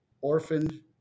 orphaned